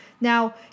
Now